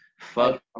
Fuck